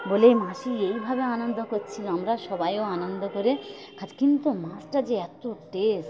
বলে মাসি এই ভাবে আনন্দ করছি আমরা সবাইও আনন্দ করে খাচ্ছি কিন্তু মাছটা যে এত টেস্ট